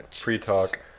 pre-talk